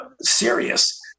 serious